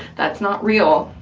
that's not real.